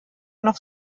noch